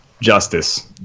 justice